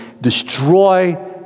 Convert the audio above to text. destroy